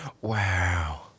Wow